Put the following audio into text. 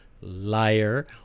liar